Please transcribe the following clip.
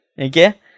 okay